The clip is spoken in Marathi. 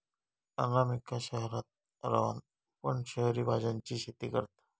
अनामिका शहरात रवान पण शहरी भाज्यांची शेती करता